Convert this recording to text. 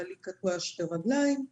בעלי קטוע שתי רגליים,